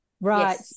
Right